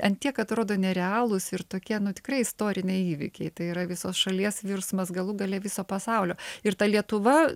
ant tiek atrodo nerealūs ir tokie tikrai istoriniai įvykiai tai yra visos šalies virsmas galų gale viso pasaulio ir ta lietuva